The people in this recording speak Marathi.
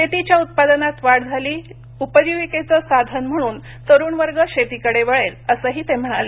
शेतीच्या उत्पादनात वाढ झाली उपजीविकेचं साधन म्हणून तरुण वर्ग शेतीकडे वळेल असंही ते म्हणाले